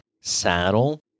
saddle